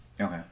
Okay